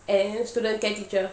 and then student care teacher